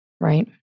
right